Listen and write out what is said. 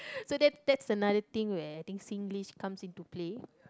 so that that's another thing where I think Singlish comes into play